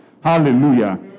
Hallelujah